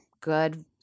good